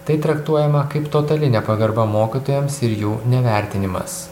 tai traktuojama kaip totali nepagarba mokytojams ir jų nevertinimas